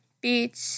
Beach